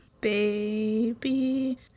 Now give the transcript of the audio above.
Baby